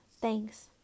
Thanks